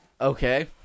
Okay